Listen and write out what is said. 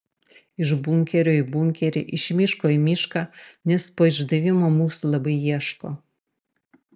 iš bunkerio į bunkerį iš miško į mišką nes po išdavimo mūsų labai ieško